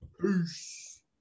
peace